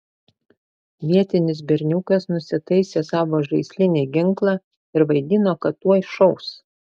vietinis berniukas nusitaisė savo žaislinį ginklą ir vaidino kad tuoj šaus